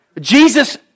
Jesus